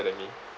better than me